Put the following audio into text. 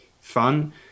fun